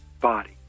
body